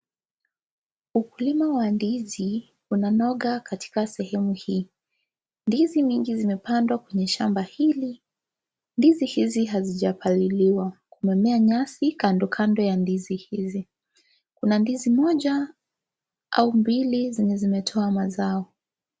Ukulima wa ndizi unanoga katika sehemu hii, ndiizi mingi zimepandwa kwenye shamba hili, ndizi hizi hazijapaliliwa kumemea nyasi kando kando ya ndizi hizo, kuna ndizi moja au mbili zenye zimetoa mazao.